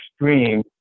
extreme